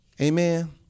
Amen